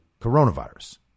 coronavirus